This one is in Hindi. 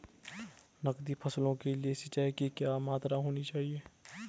नकदी फसलों के लिए सिंचाई की क्या मात्रा होनी चाहिए?